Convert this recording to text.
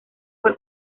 fue